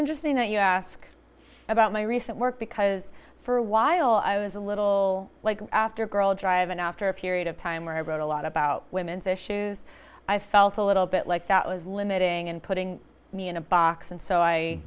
interesting that you ask about my recent work because for a while i was a little like after girl drive and after a period of time where i wrote a lot about women's issues i felt a little bit like that was limiting and putting me in a box and so i